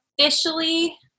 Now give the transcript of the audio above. officially